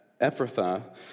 Ephrathah